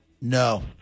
No